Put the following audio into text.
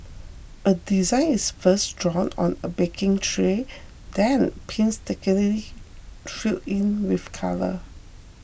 a design is first drawn on a baking tray then painstakingly filled in with colour